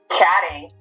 chatting